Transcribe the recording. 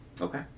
Okay